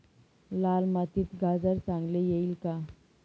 लाल मातीत गाजर चांगले येईल का?